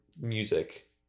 Music